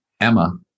Emma